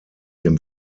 dem